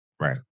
Right